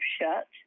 shut